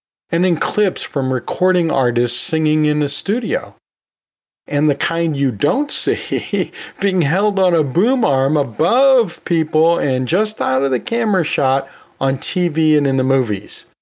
and in clips from recording artists singing in a studio and the kind you don't see being held on a boom arm above people and just thought of the camera shot on tv and in the movies.